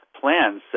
plans